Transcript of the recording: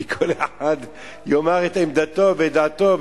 כי כל אחד יאמר את עמדתו ואת דעתו,